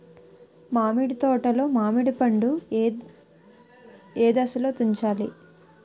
మామిడి తోటలో మామిడి పండు నీ ఏదశలో తుంచాలి?